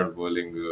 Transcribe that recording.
bowling